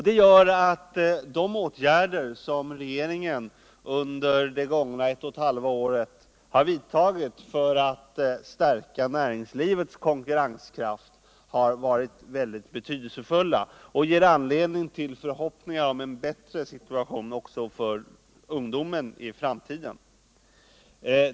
Det gör att de åtgärder som regeringen under de gångna ett och ett halvt åren vidtagit för att stärka näringslivets konkurrenskraft har varit mycket betydelsefulla, och de ger anledning till förhoppningar om en bättre situation också för ungdomen i framtiden.